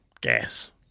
Gas